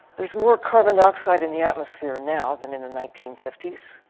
there is more carbon dioxide in the atmosphere now than in the nineteen fifty s.